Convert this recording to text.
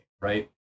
right